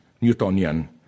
Newtonian